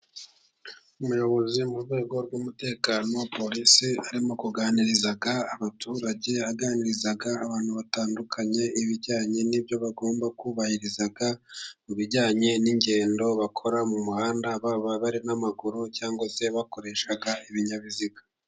Umuyobozi mu rwego rw'umutekano, polisi arimo kuganiriza abaturage, aganiriza abantu batandukanye ibijyanye n'ibyo bagomba kubahiriza mu bijyanye n'ingendo bakora mu muhanda, baba bari n'amaguru cyangwa se bakoresha ibinyabiziga.